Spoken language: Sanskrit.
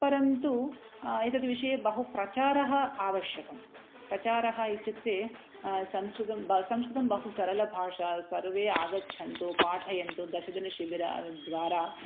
परन्तु एतद् विषये बहु प्रचारः आवश्यकम् प्रचारः इत्युक्ते संस्कृतं ब संस्कृतं सरलभाषा सर्वे आगच्छन्तु पाठयन्तु दशदिनशिबिरद्वारा